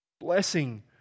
blessing